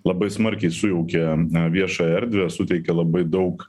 labai smarkiai sujaukia viešąją erdvę suteikia labai daug